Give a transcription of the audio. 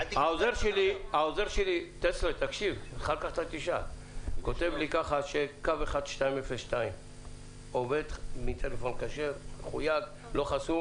העוזר שלי כותב לי שקו 1202 עובד מטלפון כשר ולא חסום.